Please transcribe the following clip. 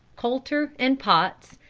colter and potts,